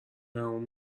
بهمون